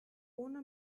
ohne